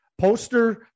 poster